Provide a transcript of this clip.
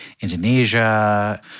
Indonesia